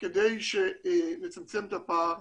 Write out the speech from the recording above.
כדי לצמצם את הפער